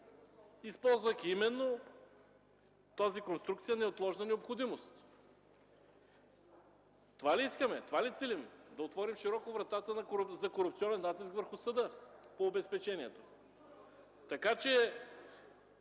използвайки именно конструкцията „неотложна необходимост”. Това ли искаме? Това ли целим – да отворим широко вратата за корупционен натиск върху съда по обезпечението? Така че